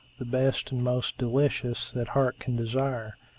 the best and most delicious that heart can desire.